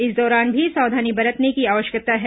इस दौरान भी सावधानी बरतने की आवश्यकता है